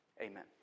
amen